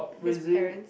his parents